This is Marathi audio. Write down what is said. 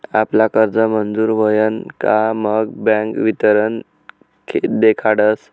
आपला कर्ज मंजूर व्हयन का मग बँक वितरण देखाडस